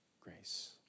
grace